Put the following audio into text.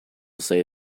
say